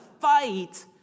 fight